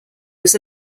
was